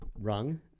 rung